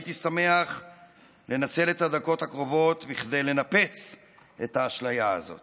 והייתי שמח לנצל את הדקות הקרובות כדי לנפץ את האשליה הזאת